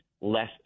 less